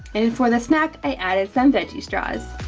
and for the snack, i added some veggie straws.